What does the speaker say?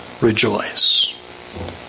rejoice